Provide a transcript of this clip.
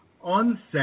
onset